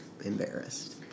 embarrassed